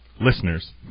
Listeners